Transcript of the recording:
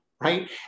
right